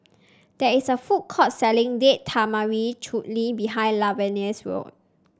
there is a food court selling Date Tamarind Chutney behind Lavenia's